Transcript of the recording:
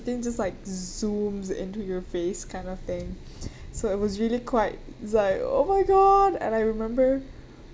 thing just like zooms into your face kind of thing so it was really quite it's like oh my god and I remember